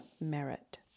merit